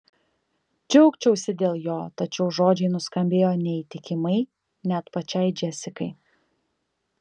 džiaugčiausi dėl jo tačiau žodžiai nuskambėjo neįtikimai net pačiai džesikai